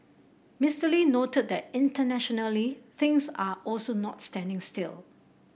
Mister Lee noted that internationally things are also not standing still